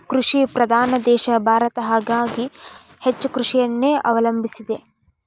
ಕೃಷಿ ಪ್ರಧಾನ ದೇಶ ಭಾರತ ಹಾಗಾಗಿ ಹೆಚ್ಚ ಕೃಷಿಯನ್ನೆ ಅವಲಂಬಿಸಿದೆ